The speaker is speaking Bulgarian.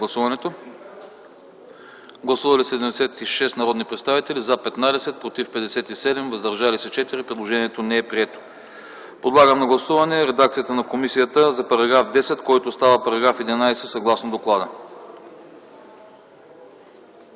Гласували 111 народни представители: за 22, против 84, въздържали се 5. Предложението не е прието. Подлагам на гласуване редакцията на комисията за създаване на § 47а, който става § 55, съгласно доклада.